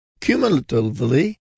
Cumulatively